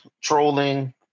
trolling